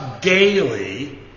daily